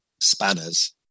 spanners